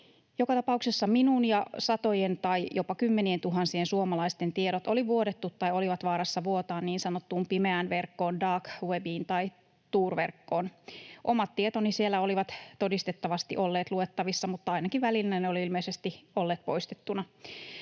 Joka tapauksessa minun ja satojen tai jopa kymmenientuhansien suomalaisten tiedot oli vuodettu tai olivat vaarassa vuotaa niin sanottuun pimeään verkkoon, dark webiin, tai Tor-verkkoon. Omat tietoni olivat siellä todistettavasti olleet luettavissa, mutta ainakin välillä ne olivat ilmeisesti olleet poistettuna.